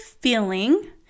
feeling